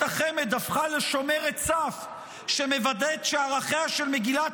מועצת החמ"ד הפכה לשומרת סף שמוודאת שערכיה של מגילת